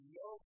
no